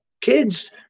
kids